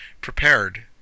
prepared